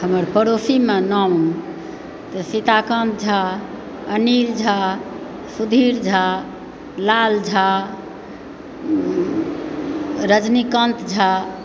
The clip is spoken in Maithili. हमर पड़ोसीमे नाम तऽ सीताकान्त झा अनील झा सुधीर झा लाल झा रजनीकान्त झा